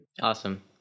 Awesome